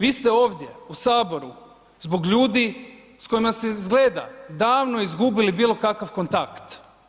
Vi ste ovdje u HS zbog ljudi s kojima ste izgleda davno izgubili bilo kakav kontakt.